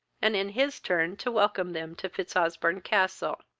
and in his turn to welcome them to fitzosbourne-castle.